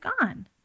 gone